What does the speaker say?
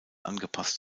angepasst